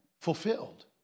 fulfilled